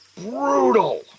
brutal